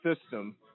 system